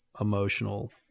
emotional